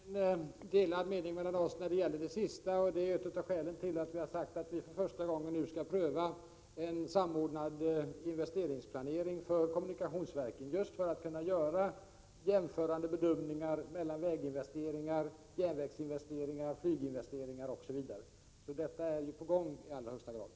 Herr talman! Vi har inte delade meningar när det gäller det som Britta Bjelle senast nämnde. Det är ett av skälen till att vi har sagt att vi nu för första gången skall pröva en samordnad investeringsplanering för kommunikationsverken — just för att kunna göra jämförande bedömningar mellan väginvesteringar, järnvägsinvesteringar, flyginvesteringar osv. Det är således på gång i allra högsta grad!